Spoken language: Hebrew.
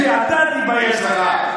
אתה תתבייש לך.